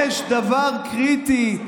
יש דבר קריטי: